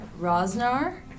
Rosnar